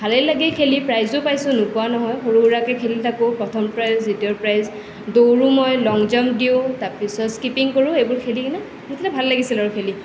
ভালেই লাগে খেলি প্ৰাইজো পাইছোঁ নোপোৱা নহয় সৰু সুৰাকৈ খেলি থাকোঁ প্ৰথম প্ৰাইজ দ্বিতীয় প্ৰাইজ দৌৰোঁ মই লং জাম্প দিওঁ তাৰ পিছত স্কিপিং কৰোঁ এইবোৰ খেলি কেনে মুঠতে ভাল লাগিছিল আৰু এইবোৰ খেলি আছিল